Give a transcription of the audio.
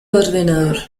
ordenador